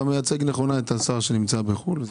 אתה מייצג נכונה את השר שנמצא בחו"ל.